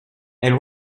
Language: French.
elle